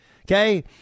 Okay